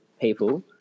people